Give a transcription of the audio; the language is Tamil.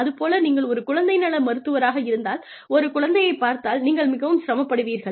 அது போல நீங்கள் ஒரு குழந்தை நல மருத்துவராக இருந்தால் ஒரு குழந்தையைப் பார்த்தால் நீங்கள் மிகவும் சிரமப்படுவீர்கள்